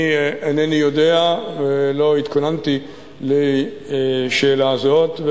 אני אינני יודע ולא התכוננתי לשאלה זאת.